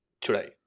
today